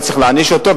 לא צריך להעניש אותו.